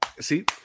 see